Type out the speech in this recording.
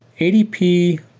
adp,